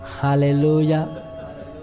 Hallelujah